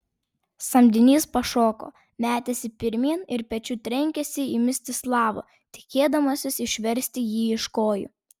samdinys pašoko metėsi pirmyn ir pečiu trenkėsi į mstislavą tikėdamasis išversti jį iš kojų